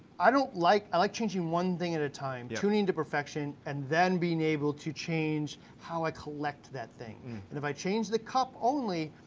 i don't like. i like changing one thing at a time, tuning it to perfection and then being able to change how i collect that thing, and if i change the cup only,